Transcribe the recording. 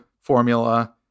formula